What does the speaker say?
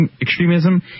extremism